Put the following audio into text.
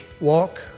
walk